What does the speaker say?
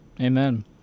Amen